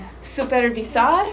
supervisar